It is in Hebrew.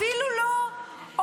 אפילו לא אומרת,